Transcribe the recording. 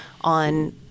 on –